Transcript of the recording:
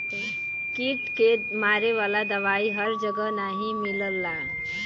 कीट के मारे वाला दवाई हर जगह नाही मिलला